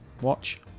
watch